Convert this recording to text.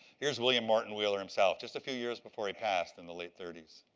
here's william morton wheeler, himself, just a few years before he passed in the late thirty.